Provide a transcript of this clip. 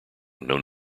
known